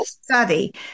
study